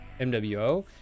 mwo